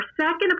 second